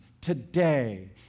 today